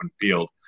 field